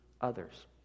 others